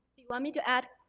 you want me to add,